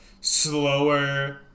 slower